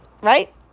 right